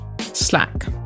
slack